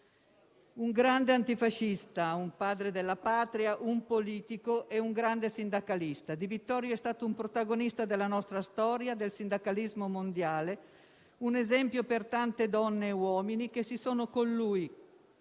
Un grande antifascista, un Padre della Patria, un politico e un grande sindacalista, Di Vittorio è stato un protagonista della nostra storia del sindacalismo mondiale, un esempio per tante donne e uomini che si sono con lui